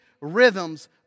rhythms